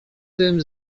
tym